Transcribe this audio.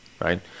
right